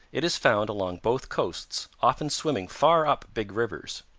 it is found along both coasts, often swimming far up big rivers.